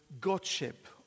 Godship